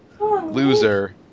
loser